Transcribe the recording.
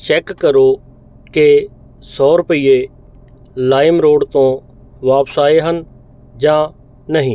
check ਕਰੋ ਕਿ ਸੌ ਰੁਪਈਏ ਲਾਈਮਰੋਡ ਤੋਂ ਵਾਪਸ ਆਏ ਹਨ ਜਾਂ ਨਹੀਂ